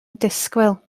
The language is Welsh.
disgwyl